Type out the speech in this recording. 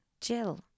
Jill